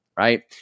Right